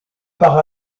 par